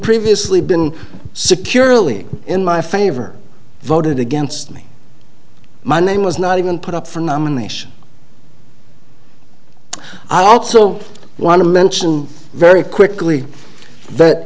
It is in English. previously been securely in my favor voted against me my name was not even put up for nomination i also want to mention very quickly but